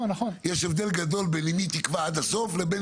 יש הבדל גדול אם היא תקבע עד הסוף לבין